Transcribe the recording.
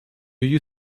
you